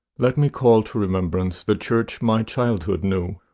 let me call to remembrance the church my childhood knew,